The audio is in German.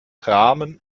dramen